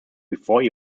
before